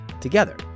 together